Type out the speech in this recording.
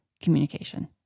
communication